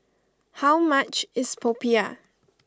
how much is Popiah